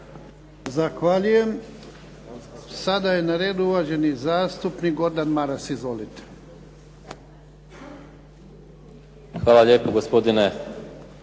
Zahvaljujem. Sada je na redu uvaženi zastupnik Gordan Maras. Izvolite. **Maras, Gordan